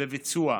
בביצוע.